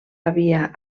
havia